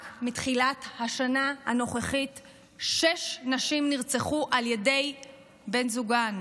רק מתחילת השנה הנוכחית שש נשים נרצחו על ידי בן זוגן.